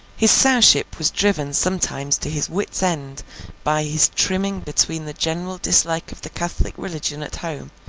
his sowship was driven sometimes to his wits'-end by his trimming between the general dislike of the catholic religion at home,